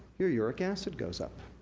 your uric acid goes up.